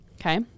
Okay